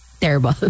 terrible